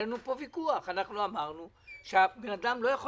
היה לנו פה ויכוח: אמרנו שהאדם לא יכול